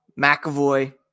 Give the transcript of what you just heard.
McAvoy